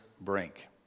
brink